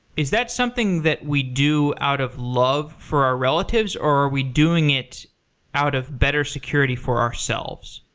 is that something that we do out of love for our relatives, or are we doing it out of better security for ourselves?